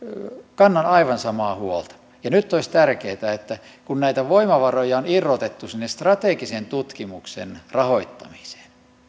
kannan aivan samaa huolta ja nyt olisi tärkeää että kun näitä voimavaroja on irrotettu sinne strategisen tutkimuksen rahoittamiseen